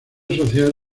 social